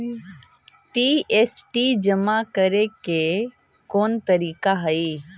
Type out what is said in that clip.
GST जमा करे के कौन तरीका हई